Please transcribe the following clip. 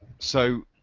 so